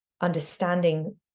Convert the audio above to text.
understanding